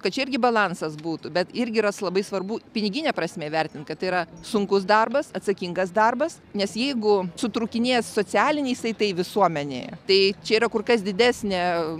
kad čia irgi balansas būtų bet irgi yra labai svarbu pinigine prasme vertint kad tai yra sunkus darbas atsakingas darbas nes jeigu sutrūkinės socialiniai saitai visuomenėje tai čia yra kur kas didesnė